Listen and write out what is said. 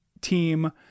team